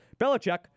Belichick